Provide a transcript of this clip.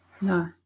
No